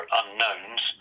unknowns